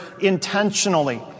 intentionally